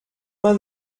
man